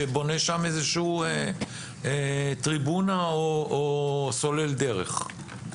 שבונה שם איזושהי טריבונה או סולל דרך.